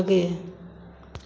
आगे